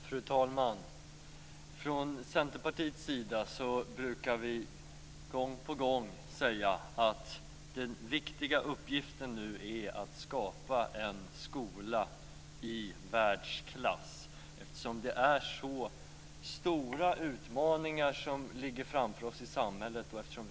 Fru talman! Från Centerpartiets sida brukar vi gång på gång säga att den viktiga uppgiften nu är att skapa en skola i världsklass eftersom de utmaningar som ligger framför oss i samhället är så stora.